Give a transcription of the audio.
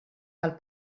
cal